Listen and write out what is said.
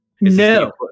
No